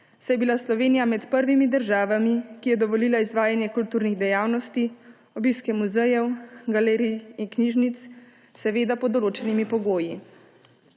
saj je bila Slovenija med prvimi državami, ki je dovolila izvajanje kulturnih dejavnosti, obiske muzejev, galerij in knjižnic, seveda pod določenimi pogoji.